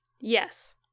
Yes